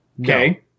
Okay